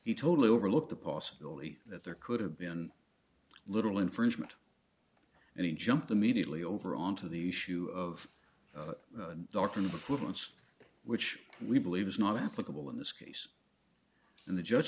he totally overlooked the possibility that there could have been little infringement and he jumped immediately over onto the issue of dark in the province which we believe is not applicable in this case and the judge